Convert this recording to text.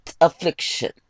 affliction